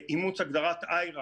אימוץ הגדרת IHRA